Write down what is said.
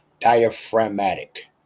diaphragmatic